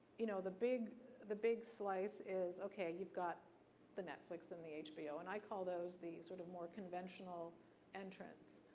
you know the big the big slice is, okay, you've got the netflix and the hbo, and i call those the sort of more conventional entrants.